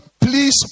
please